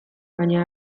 baina